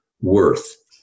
worth